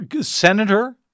Senator